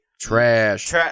Trash